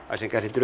asia